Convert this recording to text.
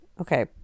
Okay